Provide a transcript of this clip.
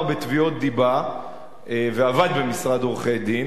בתביעות דיבה ועבד במשרד עורכי-דין,